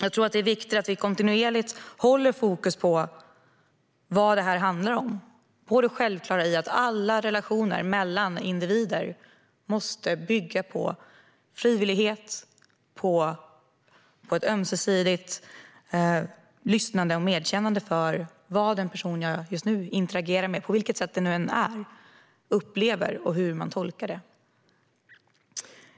Det är viktigt att vi kontinuerligt håller fokus på vad det handlar om och det självklara i att alla relationer mellan individer måste bygga på frivillighet och ett ömsesidigt lyssnande på och inkännande av vad den person som jag nu interagerar med, på vilket sätt det än är, upplever och hur man tolkar det.